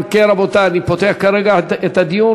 אם כן, רבותי, אני פותח כרגע את הדיון.